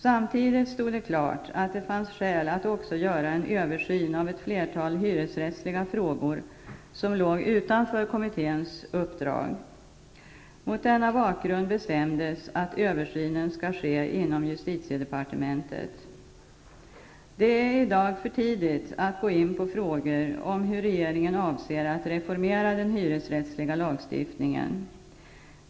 Samtidigt stod det klart att det fanns skäl att också göra en översyn av ett flertal hyresrättsliga frågor som låg utanför kommitténs uppdrag. Mot denna bakgrund bestämdes att översynen skall ske inom justitiedepartementet. Det är i dag för tidigt att gå in på frågor om hur regeringen avser att reformera den hyresrättsliga lagstiftningen.